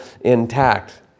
intact